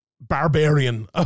barbarian